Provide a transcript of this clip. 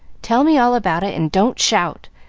tell me all about it, and don't shout.